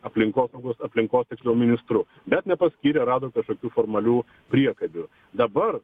aplinkosaugos aplinkos tiksliau ministru bet nepaskyrė rado kažkokių formalių priekabių dabar